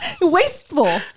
Wasteful